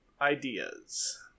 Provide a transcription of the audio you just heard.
ideas